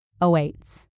awaits